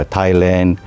Thailand